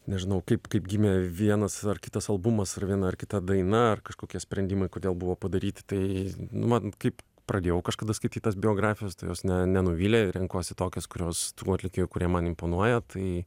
nežinau kaip kaip gimė vienas ar kitas albumas ar viena ar kita daina ar kažkokie sprendimai kodėl buvo padaryti tai nu man kaip pradėjau kažkada skaityt tas biografijas tai jos ne nenuvylė ir renkuosi tokias kurios tų atlikėjų kurie man imponuoja tai